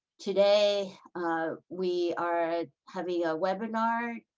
today we are having a webinar